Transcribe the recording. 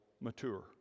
mature